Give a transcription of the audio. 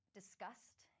discussed